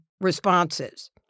responses